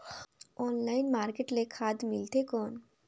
Online market ले खाद मिलथे कौन?